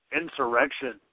Insurrection